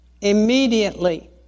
Immediately